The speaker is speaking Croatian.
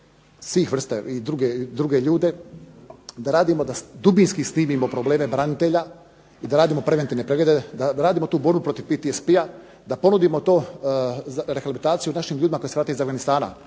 svih vrsta i druge ljude, da radimo, da dubinski snimimo probleme branitelja i da radimo preventivne preglede, da radimo tu borbu protiv PTSP-a, da ponudimo to rehabilitaciju našim ljudima koji su se vratili iz Afganistana.